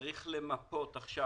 משרד החקלאות צריך למפות עכשיו,